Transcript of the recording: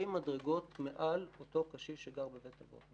מדרגות מעל אותו קשיש שגר בבית האבות.